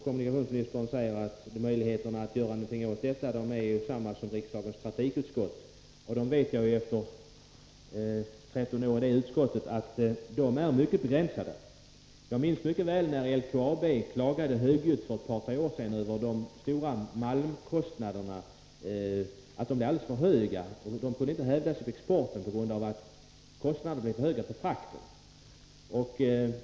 Kommunikationsministern säger att möjligheterna att göra någonting åt dessa är desamma här som i riksdagens trafikutskott, men jag vet — efter 13 år i utskottet — att de är mycket begränsade. Jag minns mycket väl när LKAB för ett par tre år sedan klagade högljutt över att transportkostnaderna för malmen var alldeles för höga och att bolaget inte kunde hävda sig på exportsidan på grund av att frakten var för dyr.